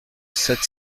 sept